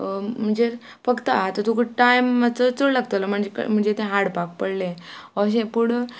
फक्त आतां तुका टायम मातसो चड लागतलो म्हणजे म्हणजे तें हाडपाक पडले अशें पूण